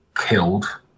killed